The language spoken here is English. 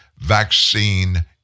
Vaccine